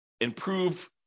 improve